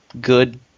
good